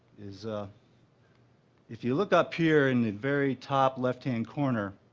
is if you look up here in the very top left-hand corner